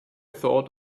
thought